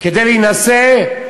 כדי להינשא.